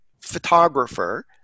photographer